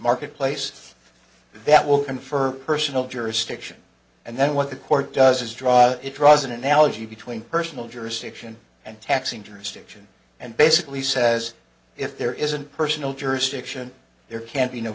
marketplace that will confer personal jurisdiction and then what the court does is draw it draws an analogy between personal jurisdiction and taxing touristic and basically says if there isn't personal jurisdiction there can be no